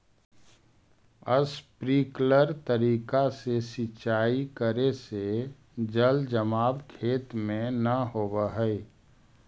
sprinkler तरीका से सिंचाई करे से जल जमाव खेत में न होवऽ हइ